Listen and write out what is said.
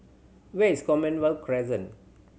where is Commonwealth Crescent